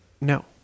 No